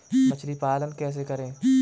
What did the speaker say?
मछली पालन कैसे करें?